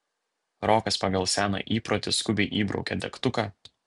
rokas pagal seną įprotį skubiai įbraukė degtuką